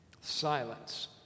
Silence